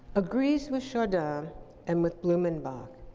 agrees with chardin and with blumenbach.